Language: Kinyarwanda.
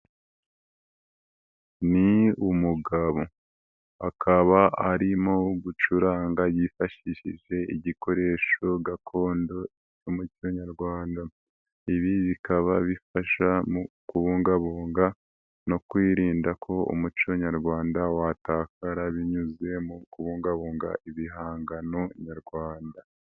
Ni umugabo, akaba ari gucuranga yifashishije igikoresho gakondo n'umuco nyarwanda, ibi bikaba bifasha mu kubungabunga no kwirinda ko umuco nyarwanda watakara ,binyuze mu kubungabunga ibihangano nyarwanda.